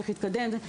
צריך להתקדם.